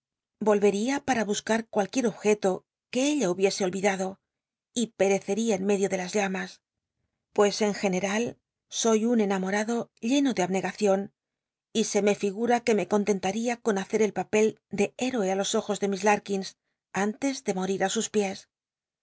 volvería para buscar cualquier objeto que ella hubiese olvidado y perecería en medio de las llamas pues en general soy un enamorado lleno de abnega cion y se me figura que me con tentada con hacer el papel de héroe á los ojos de miss larkins antes de moil á sus piés